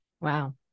Wow